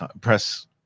press